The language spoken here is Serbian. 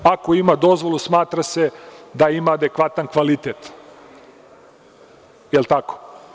Ako ima dozvolu smatra se da ima adekvatan kvalitet, da li je tako?